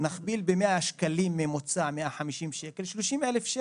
נכפיל ב-100 שקלים או 150 שקלים בממוצע זה 30 אלף שקל.